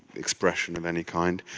expression of any kind.